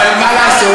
אבל מה לעשות,